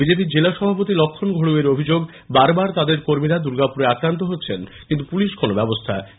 BJP র জেলা সভাপতি লক্ষণ ঘোড়ই এর অভিযোগ বারবার তাদের কর্মীরা দুর্গাপুরে আক্রান্ত হচ্ছেন কিন্তু পুলিশ কোনো ব্যবস্হা নিচ্ছে না